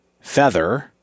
Feather